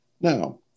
Now